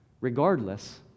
regardless